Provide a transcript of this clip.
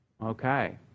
Okay